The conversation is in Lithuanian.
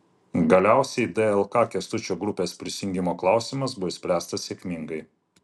galiausiai dlk kęstučio grupės prisijungimo klausimas buvo išspręstas sėkmingai